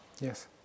Yes